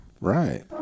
Right